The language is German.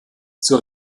zur